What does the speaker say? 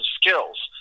skills